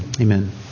Amen